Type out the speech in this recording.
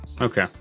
Okay